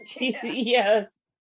yes